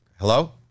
Hello